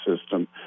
system